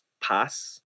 pass